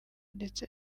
ndetse